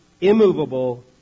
immovable